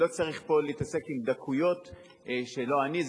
ולא צריך פה להתעסק עם דקויות של לא אני,